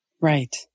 Right